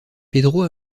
pedro